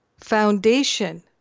foundation